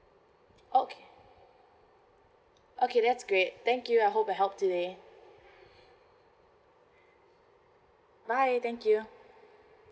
okay okay that's great thank you I hope I helped today bye thank you